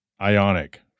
Ionic